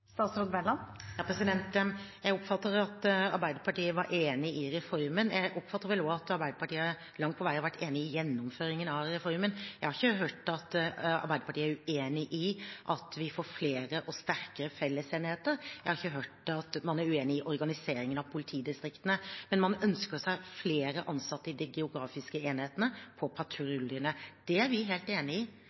Jeg oppfatter at Arbeiderpartiet var enig i reformen. Jeg oppfatter vel også at Arbeiderpartiet langt på vei har vært enig i gjennomføringen av reformen. Jeg har ikke hørt at Arbeiderpartiet er uenig i at vi får flere og sterkere fellesenheter, jeg har ikke hørt at man er uenig i organiseringen av politidistriktene, men man ønsker seg flere ansatte i de geografiske enhetene for patruljene. Det er vi helt enig i.